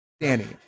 Danny